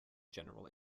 general